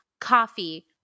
coffee